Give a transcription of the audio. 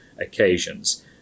occasions